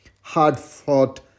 hard-fought